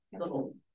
little